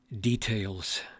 details